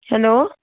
hello